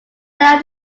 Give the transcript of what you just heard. down